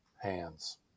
hands